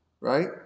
right